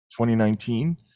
2019